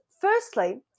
Firstly